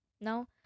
Now